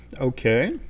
Okay